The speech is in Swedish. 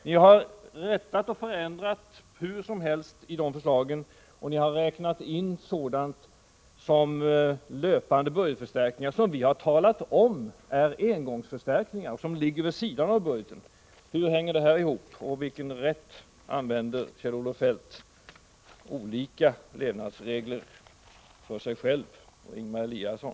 Ni har rättat och förändrat hur som helst i de förslagen, och ni har räknat in sådant som löpande budgetförstärkning som vi har talat om är engångsförstärkningar vid sidan av budgeten. Hur hänger det ihop? Med vilken rätt använder Kjell-Olof Feldt olika levnadsregler för sig själv och för Ingemar Eliasson?